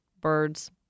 birds